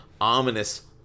ominous